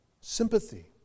sympathy